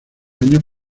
años